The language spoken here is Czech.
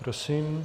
Prosím.